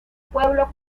pueblo